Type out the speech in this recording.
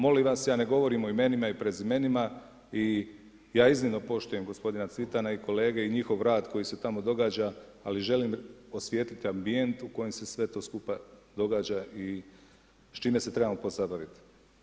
Molim vas, ja ne govorim o imenima i prezimenima i ja iznimno poštujem gospodina Cvitana i kolege i njihov rad koji se tamo događa, ali želim osvijetlit ambijent u kojem se sve to skupa događa i s čime se trebamo pozabaviti.